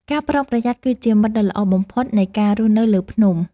ការប្រុងប្រយ័ត្នគឺជាមិត្តដ៏ល្អបំផុតនៃការរស់នៅលើភ្នំ។